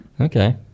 Okay